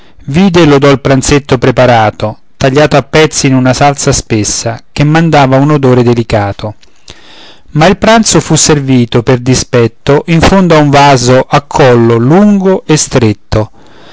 lodò il pranzetto preparato tagliato a pezzi in una salsa spessa che mandava un odore delicato ma il pranzo fu servito per dispetto in fondo a un vaso a collo lungo e stretto